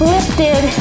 Lifted